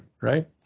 right